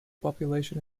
population